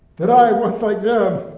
that i, once like them,